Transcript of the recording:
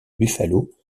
buffalo